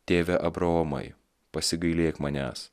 tėve abraomai pasigailėk manęs